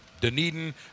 Dunedin